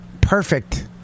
perfect